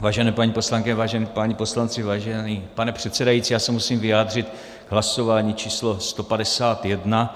Vážené paní poslankyně, vážení páni poslanci, vážený pane předsedající, já se musím vyjádřit k hlasování číslo 151.